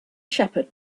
shepherd